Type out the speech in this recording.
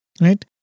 right